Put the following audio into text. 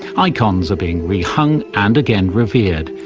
icons are being rehung and again revered,